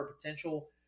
potential